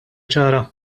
ċara